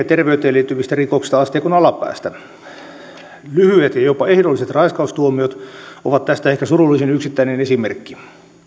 terveyteen liittyvistä rikoksista asteikon alapäästä lyhyet ja jopa ehdolliset raiskaustuomiot ovat tästä ehkä surullisin yksittäinen esimerkki